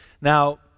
Now